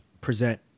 present